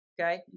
Okay